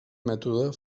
mètode